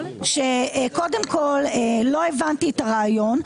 קודם כל לא הבנתי את הרעיון,